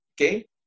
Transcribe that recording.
Okay